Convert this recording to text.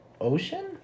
ocean